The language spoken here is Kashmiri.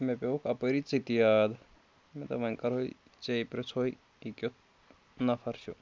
مےٚ پیوٚوُکھ اَپٲری ژٕ تہِ یاد مےٚ دوٚپ وَنہِ کَروے ژے پِرٛژھوے یہِ کیُتھ نفر چھُ